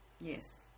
Yes